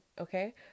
Okay